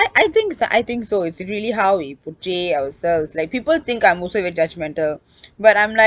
I think so I think so it's really how we portray ourselves like people think I'm also very judgmental but I'm like